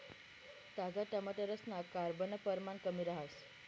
ताजा टमाटरसमा carbon परमाण कमी रहास